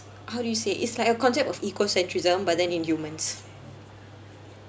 how do you say it's like a concept of ecocentrism but then in humans